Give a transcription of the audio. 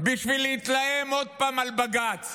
בשביל להתלהם עוד פעם על בג"ץ.